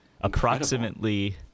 Approximately